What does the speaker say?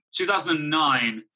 2009